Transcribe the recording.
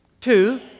Two